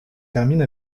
termine